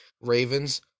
Ravens